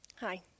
Hi